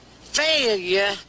failure